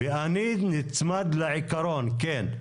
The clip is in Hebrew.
עוד רגע נדבר על זה,